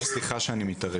סליחה שאני מתערב.